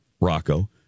Rocco